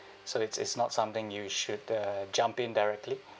so it's it's not something you should uh jump in directly